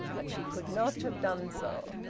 but she could not have done so.